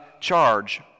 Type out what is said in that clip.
charge